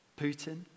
Putin